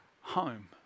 home